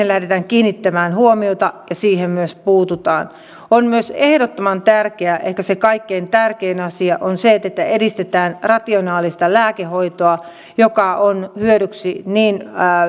lähdetään kiinnittämään huomiota ja siihen myös puututaan on myös ehdottoman tärkeää ehkä se kaikkein tärkein asia että edistetään rationaalista lääkehoitoa joka on hyödyksi niin